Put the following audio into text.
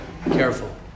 careful